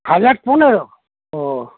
হাজার পনেরো ও